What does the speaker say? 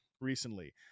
recently